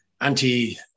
anti